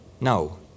No